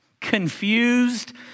confused